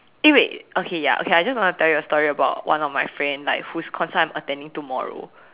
eh wait okay ya okay I just wanted to tell you a story about one of my friend like who's concert I'm attending tomorrow